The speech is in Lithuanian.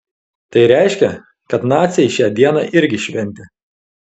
tai reiškia kad naciai šią dieną irgi šventė